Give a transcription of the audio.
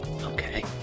Okay